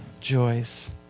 joys